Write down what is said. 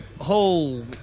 whole